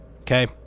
okay